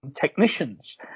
technicians